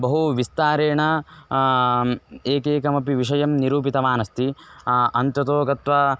बहु विस्तारेण एकैकमपि विषयं निरूपितवान् अस्ति अन्ततो गत्वा